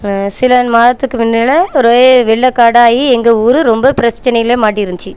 சில மாதத்துக்கு முன்னாடே ஒரே வெள்ளக் காடாக ஆகி எங்கள் ஊர் ரொம்ப பிரச்சனையில் மாட்டி இருந்துச்சு